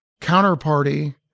counterparty